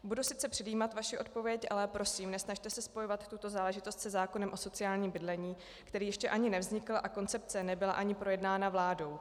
Budu sice předjímat vaši odpověď, ale prosím, nesnažte se spojovat tuto záležitost se zákonem o sociálním bydlení, který ještě ani nevznikl a koncepce nebyla ani projednána vládou.